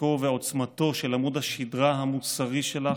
בחוזקו ועוצמתו של עמוד השדרה המוסרי שלך,